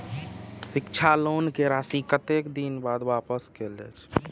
शिक्षा लोन के राशी कतेक दिन बाद वापस कायल जाय छै?